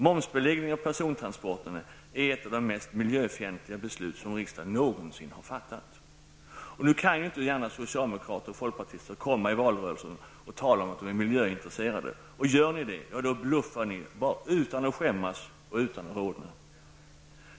Momsbeläggning av persontransporter är ett av de mest miljöfientliga beslut som riksdagen någonsin har fattat. Nu kan inte gärna socialdemokrater och folkpartister komma i valrörelsen och tala om att de är miljöintresserade. Gör ni det bluffar ni utan att skämmas och utan att rodna.